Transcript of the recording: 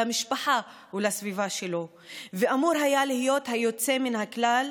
למשפחה ולסביבה שלו ואמור היה להיות היוצא מן הכלל,